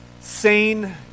sane